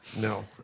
No